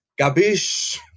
Gabish